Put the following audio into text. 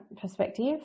perspective